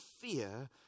fear